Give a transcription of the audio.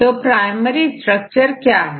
तो primary structure क्या है